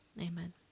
Amen